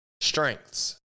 Strengths